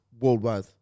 worldwide